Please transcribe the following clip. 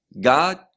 god